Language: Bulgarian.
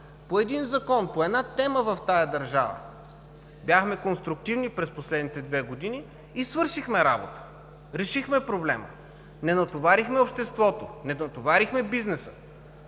по един закон, по една тема в тази държава бяхме конструктивни през последните две години и свършихме работа, решихме проблема, не натоварихме обществото, не натоварихме бизнеса,